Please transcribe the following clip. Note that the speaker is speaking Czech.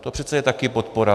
To přece je taky podpora.